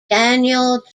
daniel